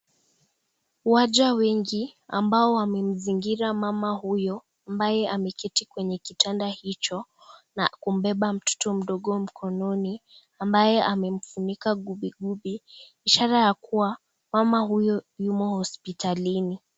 Waja wengi ambao wamemzingira mama huyo ambaye amekiti kwenye kitanda hicho na kumbeba mtoto mdogo mkononi ambaye amemfunika gubi-gubi, ishara ya kuwa mama huyo yumo hospitalini.